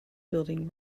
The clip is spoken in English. building